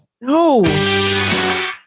no